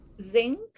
zinc